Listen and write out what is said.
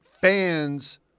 Fans